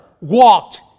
walked